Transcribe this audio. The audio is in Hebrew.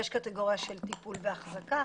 יש קטגוריה של טיפול ואחזקה,